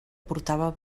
portava